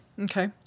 Okay